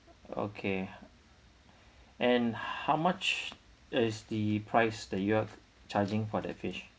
okay and how much is the price that you have charging for the fish